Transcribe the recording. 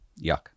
Yuck